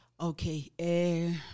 Okay